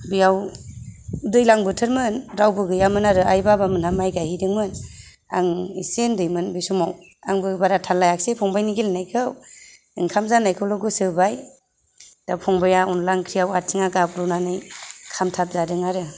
बेयाव दैज्लां बोथोर मोन रावबो गैयामोन आरो आइ बाबा मोनहा माइ गाइहैदों मोन आं एसे उन्दैमोन बे समाव आंबो बारा थाल लायासै फंबाइनि गेलेनायखौ ओंखाम जाननायखौल' गोसो होबाय दा फंबाया अनद्ला ओंख्रिआव आथिंआ गाब्र'नानै खामथाब जादों आरो